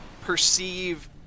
perceive